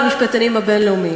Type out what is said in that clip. המשך דיון בוועדת הפנים.